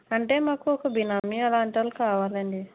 అంటే మాకు ఒక బినామీ అలాంటోళ్ళు కావాలండి